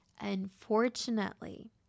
Unfortunately